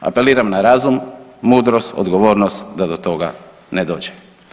Apeliram na razum, mudrost, odgovornost, da do toga ne dođe.